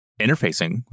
interfacing